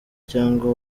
cyangwa